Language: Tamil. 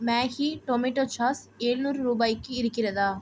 மேகி டொமேட்டோ சாஸ் எழுநூறு ரூபாய்க்கு இருக்கிறதா